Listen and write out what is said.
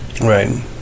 Right